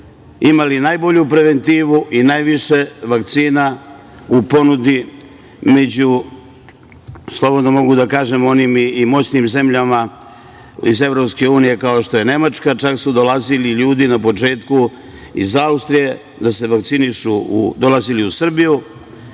imali najbolju preventivu i najviše vakcina u ponudi među, slobodno mogu da kažem, i onim moćnim zemljama iz EU, kao što je Nemačka, čak su dolazili ljudi na početku iz Austrije da se vakcinišu, dolazili u Srbiju,